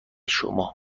شما